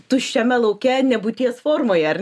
tuščiame lauke nebūties formoje ar